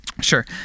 sure